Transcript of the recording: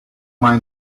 mind